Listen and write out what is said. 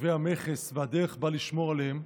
צווי המכס והדרך שבה נשמור עליהם,